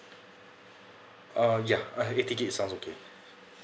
uh ya uh eighty gigabyte sounds okay